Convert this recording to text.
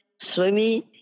swimming